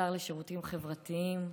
השר לשירותים חברתיים,